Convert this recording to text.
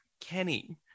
Kenny